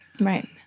Right